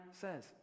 says